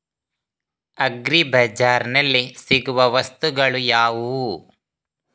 Agri ಬಜಾರ್ನಲ್ಲಿ ಸಿಗುವ ವಸ್ತುಗಳು ಯಾವುವು?